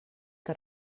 que